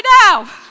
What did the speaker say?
now